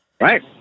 Right